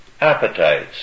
appetites